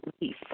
relief